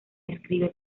describe